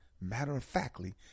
matter-of-factly